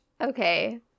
Okay